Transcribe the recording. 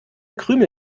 krümel